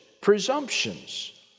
presumptions